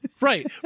right